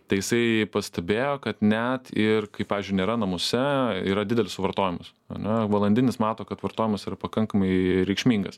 tai jisai pastebėjo kad net ir kai pavyzdžiui nėra namuose yra didelis vartojimas ane valandinis mato kad vartojimas yra pakankamai reikšmingas